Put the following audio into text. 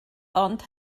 ond